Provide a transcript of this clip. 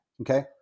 Okay